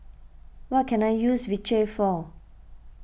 what can I use Vichy for